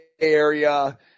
Area